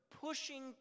pushing